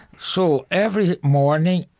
so every morning,